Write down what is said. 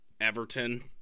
Everton